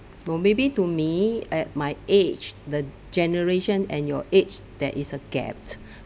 or maybe to me at my age the generation and your age there is a gap